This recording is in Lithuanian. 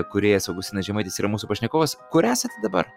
kūrėjas augustinas žemaitis yra mūsų pašnekovas kur esate dabar